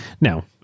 Now